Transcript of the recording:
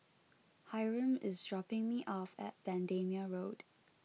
Hyrum is dropping me off at Bendemeer Road